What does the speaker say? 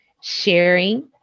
sharing